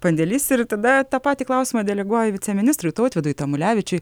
pandėlys ir tada tą patį klausimą deleguoju viceministrui tautvydui tamulevičiui